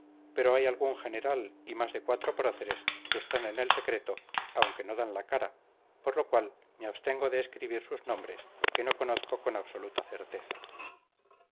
pero hay algún general y más de cuatro próceres que están en el secreto aunque no dan la cara por lo cual me abstengo de escribir sus nombres que no conozco con absoluta certeza